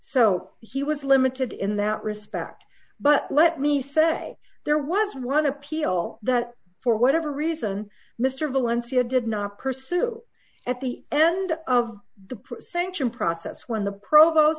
so he was limited in that respect but let me say there was one appeal that for whatever reason mr valencia did not pursue at the end of the precincts in process when the provo